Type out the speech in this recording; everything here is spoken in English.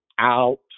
out